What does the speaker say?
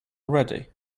already